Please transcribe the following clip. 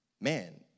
man